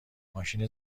ماشین